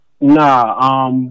Nah